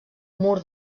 mur